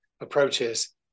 approaches